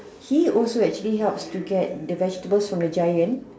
he also actually helps to get the vegetables from the giant